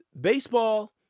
baseball